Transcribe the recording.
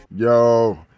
Yo